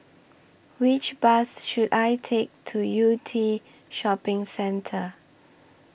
Which Bus should I Take to Yew Tee Shopping Centre